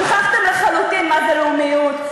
שכחתם לחלוטין מה זה לאומיות.